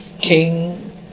King